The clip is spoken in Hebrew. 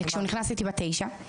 כשהוא נכנס הייתי בת תשע.